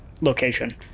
location